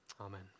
amen